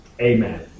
Amen